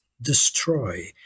destroy